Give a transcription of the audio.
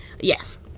Yes